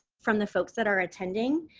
from the folks that are attending,